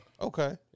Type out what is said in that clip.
Okay